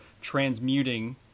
transmuting